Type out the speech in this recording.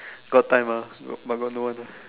got time ah but but no one ah